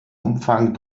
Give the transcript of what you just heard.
umfang